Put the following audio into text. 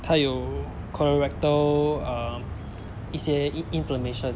他有 colorectal uh 一些 in~ inflammation